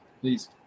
please